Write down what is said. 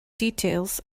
details